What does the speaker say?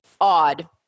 odd